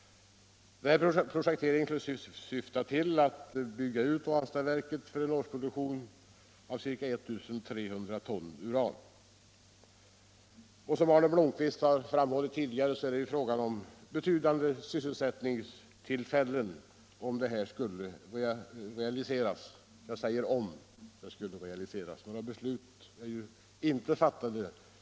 Denna projektering skulle syfta till att bygga ut Ranstadsverket för en årsproduktion av ca 1300 ton uran. Som Arne Blomkvist tidigare framhållit blir det fråga om betydande sysselsättningstillfällen, om dessa planer skulle realiseras. Jag säger om de skulle realiseras. Något beslut har.